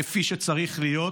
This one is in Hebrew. כפי שצריך להיות,